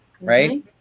right